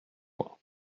moi